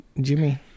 Jimmy